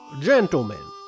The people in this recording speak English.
Gentlemen